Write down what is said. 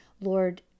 Lord